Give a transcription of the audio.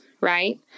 right